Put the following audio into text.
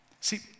See